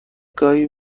گاهی